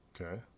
Okay